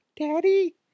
daddy